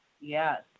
yes